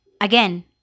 again